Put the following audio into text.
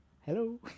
Hello